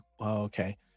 okay